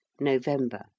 november